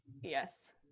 yes